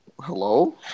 Hello